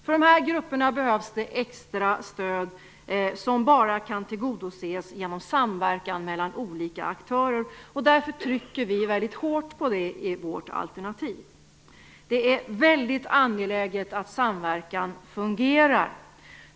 För dessa grupper behövs extra stöd som bara kan tillgodoses genom samverkan mellan olika aktörer. Därför trycker vi väldigt hårt på detta i vårt alternativ. Det är väldigt angeläget att samverkan fungerar.